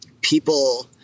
people